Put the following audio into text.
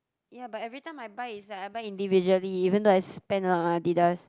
ya but every time I buy is like I buy individually even though I spend a lot on Adidas